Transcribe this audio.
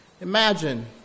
Imagine